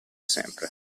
sempre